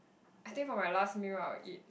I think for my last meal I will eat